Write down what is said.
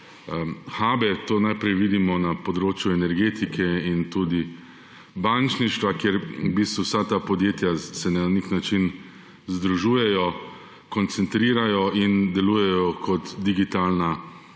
hube. To najprej vidimo na področju energetike in tudi bančništva, kjer se vsa ta podjetja na nek način združujejo, koncentrirajo in delujejo kot sodobna digitalna podjetja.